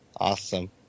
awesome